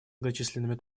многочисленными